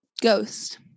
ghost